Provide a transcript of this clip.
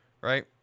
right